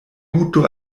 guto